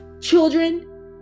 children